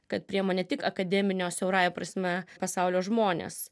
kad priema ne tik akademinio siaurąja prasme pasaulio žmones